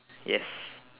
yes